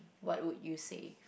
what would you save